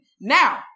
now